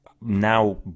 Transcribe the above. now